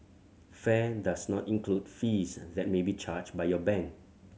fare does not include fees and that may be charged by your bank